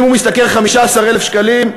אם הוא משתכר 15,000 שקלים,